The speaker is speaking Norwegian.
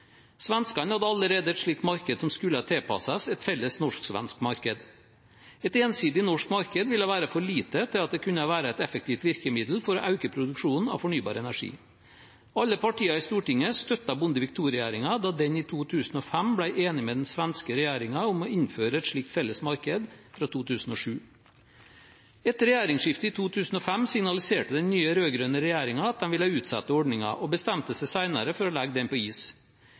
Svenskene hadde allerede et slikt marked som skulle tilpasses et felles norsk-svensk marked. Et ensidig norsk marked ville være for lite til at det kunne være et effektivt virkemiddel for å øke produksjonen av fornybar energi. Alle partiene i Stortinget støttet Bondevik II-regjeringen da den i 2005 ble enig med den svenske regjeringen om å innføre et slikt felles marked fra 2007. Etter regjeringsskiftet i 2005 signaliserte den nye, rød-grønne regjeringen at de ville utsette ordningen, og bestemte seg senere for å legge den på is.